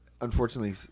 unfortunately